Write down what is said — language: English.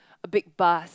a big buzz